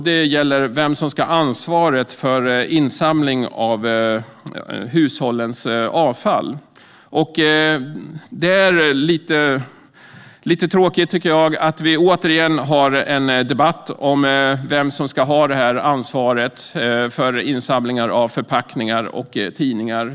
Det gäller vem som ska ha ansvaret för insamling av hushållens avfall. Det är lite tråkigt att vi återigen har en debatt om vem som ska ha detta ansvar för insamling av förpackningar och tidningar.